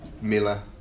Miller